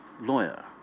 lawyer